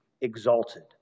exalted